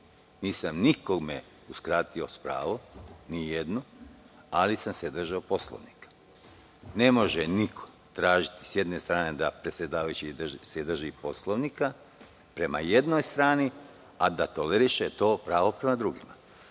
Nisam nikome uskratio pravo, nijednom, ali sam se držao Poslovnika. Ne može niko tražiti s jedne strane da se predsedavajući drži Poslovnika prema jednoj strani, a da toleriše to pravo prema drugima. Ovo